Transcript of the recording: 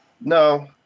No